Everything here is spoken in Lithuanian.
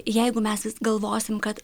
jeigu mes vis galvosim kad